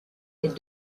est